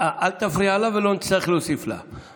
אל תפריע לה, ולא נצטרך להוסיף לה.